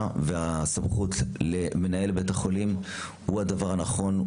והסמכות למנהל בית החולים הוא הדבר הנכון,